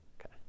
Okay